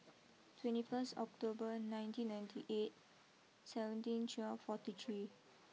twenty first October nineteen ninety eight seventeen twelve forty three